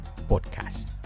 Podcast